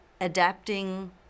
adapting